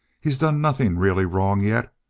he's done nothing really wrong yet,